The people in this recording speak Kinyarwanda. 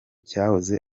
cyahoze